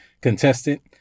contestant